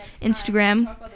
instagram